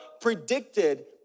predicted